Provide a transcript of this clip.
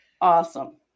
Awesome